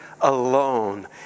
alone